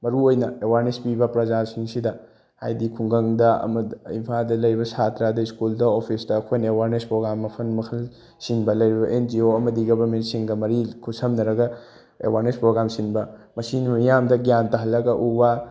ꯃꯔꯨꯑꯣꯏꯅ ꯑꯦꯋꯥꯔꯅꯦꯁ ꯄꯤꯕ ꯄ꯭ꯔꯖꯥꯁꯤꯡꯁꯤꯗ ꯍꯥꯏꯗꯤ ꯈꯨꯡꯒꯪꯗ ꯑꯃꯗꯤ ꯏꯝꯐꯥꯜꯗ ꯂꯩꯕ ꯁꯥꯇ꯭ꯔ ꯑꯗꯒꯤ ꯁ꯭ꯀꯨꯜꯗ ꯑꯣꯐꯤꯁꯇ ꯑꯩꯈꯣꯏꯅ ꯑꯦꯋꯥꯔꯅꯦꯁ ꯄ꯭ꯔꯣꯒ꯭ꯔꯥꯝ ꯃꯈꯜ ꯃꯈꯜꯁꯤꯡꯗ ꯂꯩꯔꯤꯕ ꯑꯦꯟ ꯖꯤ ꯑꯣ ꯑꯃꯗꯤ ꯒꯦꯕꯔꯃꯦꯟꯁꯤꯡꯒ ꯃꯔꯤ ꯈꯨꯠꯁꯝꯅꯔꯒ ꯑꯦꯋꯥꯔꯅꯦꯁ ꯄ꯭ꯔꯣꯒ꯭ꯔꯥꯝ ꯁꯤꯟꯕ ꯃꯁꯤ ꯃꯤꯌꯥꯝꯗ ꯒ꯭ꯌꯥꯟ ꯇꯥꯍꯜꯂꯒ ꯎ ꯋꯥ